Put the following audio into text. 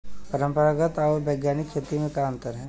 परंपरागत आऊर वैज्ञानिक खेती में का अंतर ह?